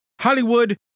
Hollywood